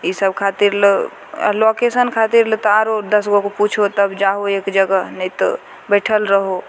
ईसब खातिर ले आओर लोकेशन खातिर ले तऽ आओर दस गोके पुछहो आओर तब जाहो एक जगह नहि तऽ बैठल रहऽ